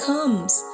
Comes